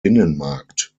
binnenmarkt